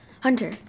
Hunter